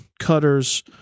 cutters